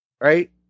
right